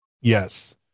Yes